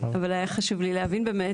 אבל היה חשוב לי להבין באמת.